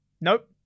Nope